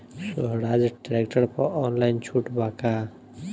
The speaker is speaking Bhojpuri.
सोहराज ट्रैक्टर पर ऑनलाइन छूट बा का?